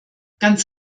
ganz